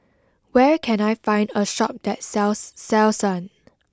where can I find a shop that sells Selsun